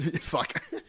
Fuck